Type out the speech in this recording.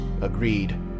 Agreed